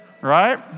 Right